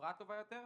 וחברה טובה יותר,